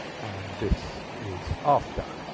this is after.